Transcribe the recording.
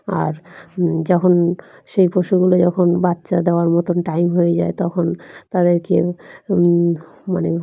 আর যখন সেই পশুগুলো যখন বাচ্চা দেওয়ার মতন টাইম হয়ে যায় তখন তাদেরকে মানে